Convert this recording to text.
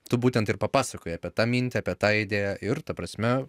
tu būtent ir papasakoji apie tą mintį apie tą idėją ir ta prasme